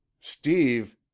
Steve